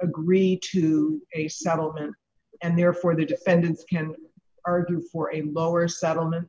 agree to a settlement and therefore the defendant can argue for a lower settlement